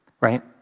Right